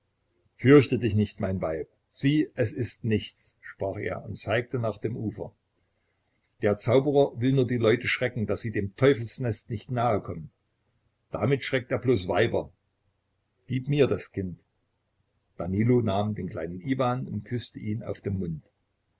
fürchte dich nicht mein weib sieh es ist nichts sprach er und zeigte nach dem ufer der zauberer will nur die leute schrecken daß sie dem teufelsnest nicht nahe kommen damit schreckt er bloß weiber gib mir das kind danilo nahm den kleinen iwan und küßte ihn auf den mund